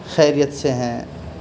خیریت سے ہیں